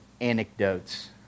anecdotes